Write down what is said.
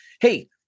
Hey